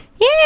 Yay